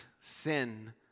sin